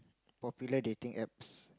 popular dating apps